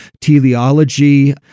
teleology